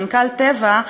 מנכ"ל "טבע",